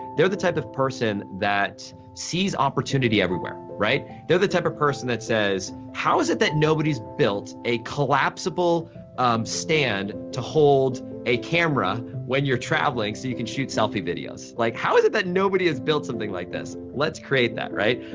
they're the type of person that sees opportunity everywhere, right. they're the type of the person that says, how is that nobody has built a collapsible stand to hold a camera when you're traveling so you can shoot selfie videos. like, how is it that nobody has built something like this? let's create that, right?